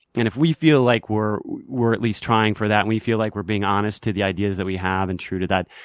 and if we feel like we're we're at least trying for that, and we feel like we're being honest to the ideas that we have and true to that,